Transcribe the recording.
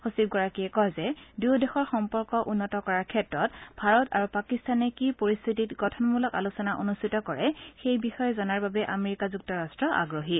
সচিবগৰাকীয়ে কয় যে দুয়ো দেশৰ সম্পৰ্ক উন্নত কৰাৰ ক্ষেত্ৰত ভাৰত আৰু পাকিস্তানে কি পৰিস্থিতিত গঠনমূলক আলোচনা অনুষ্ঠিত কৰে সেই বিষয়ে জনাৰ বাবে আমেৰিকা যুক্তৰাষ্ট আগ্ৰহী